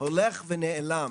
הולך ונעלם.